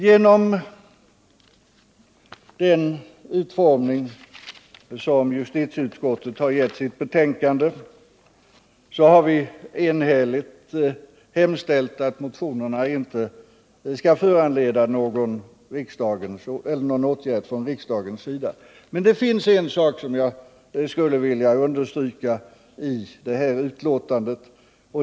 Genom den utformning som justitieutskottet har gett sitt betänkande har vi enhälligt hemställt att motionerna inte skall föranleda någon åtgärd från riksdagens sida, och jag anhåller att riksdagen bifaller utskottets hemställan. Men det finns en sak jag skulle vilja understryka i betänkandet.